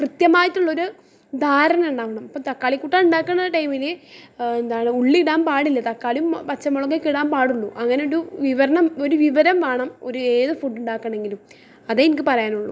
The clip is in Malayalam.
കൃത്യമായിട്ടുള്ളൊരു ധാരണ ഉണ്ടാവണം ഇപ്പം തക്കാളി കൂട്ടാൻ ഉണ്ടാക്കണ ടൈമിൽ എന്താണ് ഉള്ളീടാൻ പാടില്ല തക്കാളീം പച്ചമുളകൊക്കെ ഇടാൻ പാടുള്ളൂ അങ്ങനൊരു ഒരു വിവരണം ഒരു വിവരം വേണം ഒരു ഏത് ഫുഡുണ്ടാക്കണങ്കിലും അതേ എനിക്ക് പറയാനുള്ളൂ